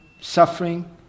suffering